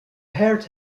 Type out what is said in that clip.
heard